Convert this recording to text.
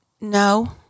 No